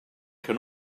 can